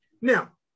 Now